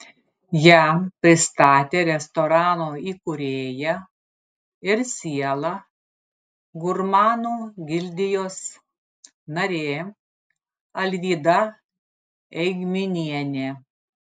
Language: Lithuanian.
ją pristatė restorano įkūrėja ir siela gurmanų gildijos narė alvyda eigminienė